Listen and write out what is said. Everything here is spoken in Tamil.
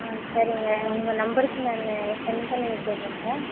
ஆ சரிங்க உங்கள் நம்பருக்கு நான் சென்ட் பண்ணி விட்டுடுறேங்க